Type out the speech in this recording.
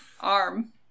Arm